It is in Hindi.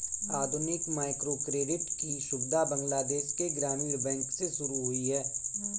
आधुनिक माइक्रोक्रेडिट की सुविधा बांग्लादेश के ग्रामीण बैंक से शुरू हुई है